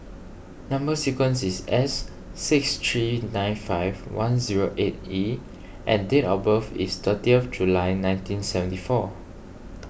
Number Sequence is S six three nine five one zero eight E and date of birth is thirtieth July nineteen seventy four